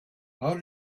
how